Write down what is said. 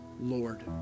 Lord